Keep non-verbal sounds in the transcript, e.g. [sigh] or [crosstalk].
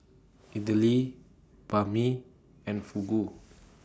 Idili Banh MI and [noise] Fugu